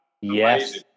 Yes